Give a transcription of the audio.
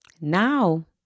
Now